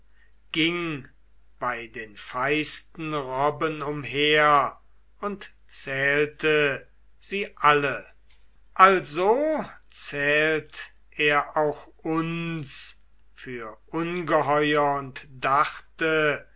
ging bei den feisten robben umher und zählte sie alle also zählt er auch uns für ungeheuer und dachte